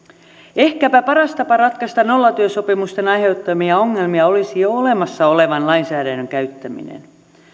ehkäpä paras tapa ratkaista nollatyösopimusten aiheuttamia ongelmia olisi jo olemassa olevan lainsäädännön käyttäminen